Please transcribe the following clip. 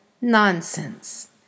Nonsense